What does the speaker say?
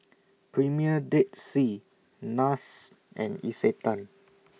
Premier Dead Sea Nars and Isetan